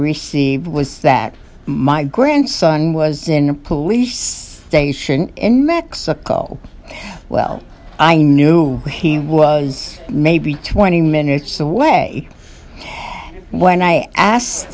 received was that my grandson was in a police station in mexico well i knew he was maybe twenty minutes away when i asked